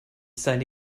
seine